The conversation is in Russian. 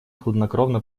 хладнокровно